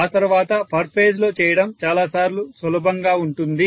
ఆ తర్వాత per phase లో చేయడం చాలాసార్లు సులభంగా ఉంటుంది